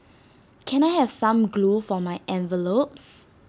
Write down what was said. can I have some glue for my envelopes